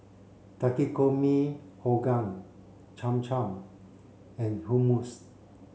Takikomi Gohan Cham Cham and Hummus